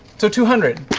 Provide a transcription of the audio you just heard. so two hundred.